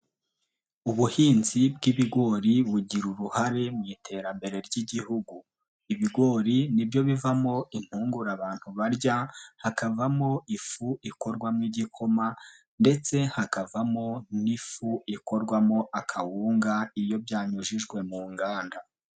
Ubuhinzi bw'ibigori bugira uruhare mu iterambere ry'igihugu. Ibigori nibyo bivamo impungura abantu barya, hakavamo ifu ikorwamo igikoma, ndetse hakavamo n'ifu ikorwamo akawunga iyo byanyujijwe mu nganda.